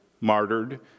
martyred